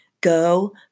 Go